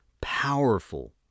powerful